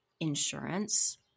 Insurance